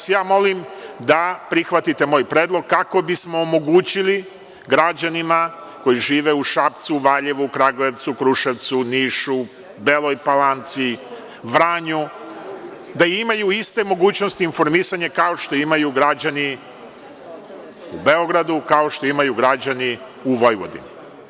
Molim da se prihvatite moj predlog, kako bismo omogućili građanima koji žive u Šapcu, Valjevu, Kragujevcu, Kruševcu, Nišu, Beloj Palanci, Vranju da imaju iste mogućnosti informisanja kao što imaju građani u Beogradu, kao što imaju građani u Vojvodini.